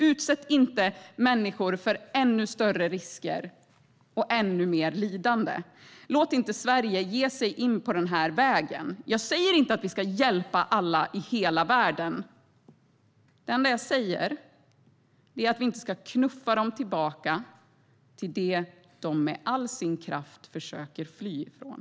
Utsätt inte människor för ännu större risker och ännu mer lidande. Låt inte Sverige ge sig in på den här vägen! Jag säger inte att vi ska hjälpa alla i hela världen. Det enda jag säger är att vi inte ska knuffa dem tillbaka till det de med all sin kraft försöker fly ifrån.